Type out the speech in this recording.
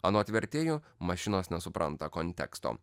anot vertėjų mašinos nesupranta konteksto